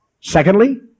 Secondly